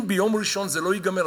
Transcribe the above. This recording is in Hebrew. אם ביום ראשון זה לא ייגמר,